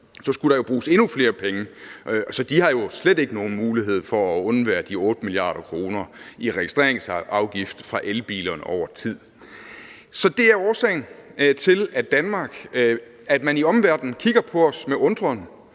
så skulle der jo bruges endnu flere penge, altså, de har jo slet ikke nogen mulighed at undvære de 8 mia. kr. i registreringsafgift for elbilerne over tid. Så det er årsagen til, at man i omverdenen kigger på os med undren